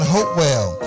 Hopewell